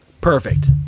Perfect